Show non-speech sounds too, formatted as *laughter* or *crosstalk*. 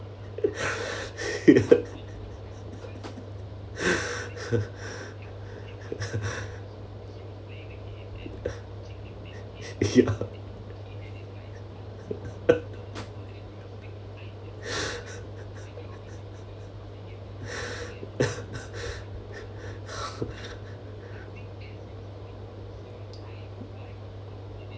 *laughs* ya *laughs*